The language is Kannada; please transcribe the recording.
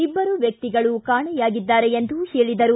ಇಬ್ಬರು ವ್ಯಕ್ತಿಗಳು ಕಾಣೆಯಾಗಿದ್ದಾರೆ ಎಂದು ಹೇಳಿದರು